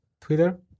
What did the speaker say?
Twitter